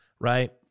Right